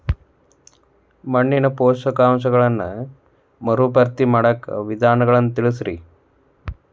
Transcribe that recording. ಮಣ್ಣಿನ ಪೋಷಕಾಂಶಗಳನ್ನ ಮರುಭರ್ತಿ ಮಾಡಾಕ ವಿಧಾನಗಳನ್ನ ತಿಳಸ್ರಿ